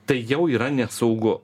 tai jau yra nesaugu